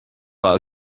war